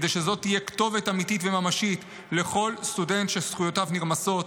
כדי שזו תהיה כתובת אמיתית וממשית לכל סטודנט שזכויותיו נרמסות,